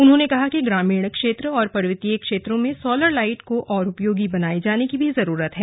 उन्होंने कहा कि ग्रामीण और पर्वतीय क्षेत्रों में सोलर लाइट को और उपयोगी बनाये जाने की जरूरत है